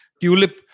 tulip